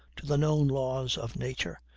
to the known laws of nature,